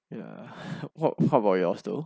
ya what how about your though